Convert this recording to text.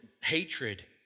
hatred